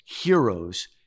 heroes